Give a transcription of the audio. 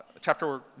chapter